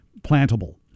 plantable